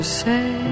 say